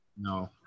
No